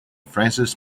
francis